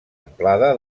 amplada